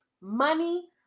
Money